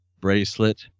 bracelet